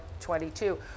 22